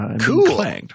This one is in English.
Cool